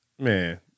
Man